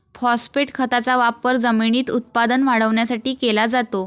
phosphate खताचा वापर जमिनीत उत्पादन वाढवण्यासाठी केला जातो